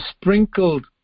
sprinkled